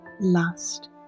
last